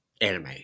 anime